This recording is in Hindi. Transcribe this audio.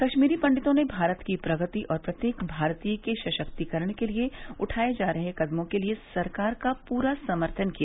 कश्मीरी पंडितों ने भारत की प्रगति और प्रत्येक भारतीय के सशक्तिकरण के लिए उठाये जा रहे कदमों के लिए सरकार पूरा समर्थन किया